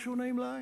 משהו נעים לעין.